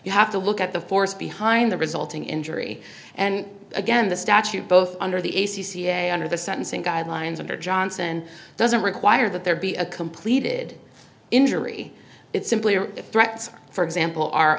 you have to look at the force behind the resulting injury and again the statute both under the a c c a under the sentencing guidelines under johnson doesn't require that there be a completed injury it simply or if threats for example are